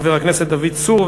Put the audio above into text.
חבר הכנסת דוד צור,